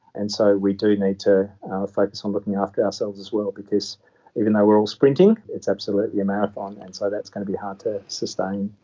and so we do need to focus on looking after ourselves as well because even though we are all sprinting, it is absolutely a marathon, and so that is going to be hard to sustain.